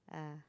ah